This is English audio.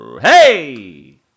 Hey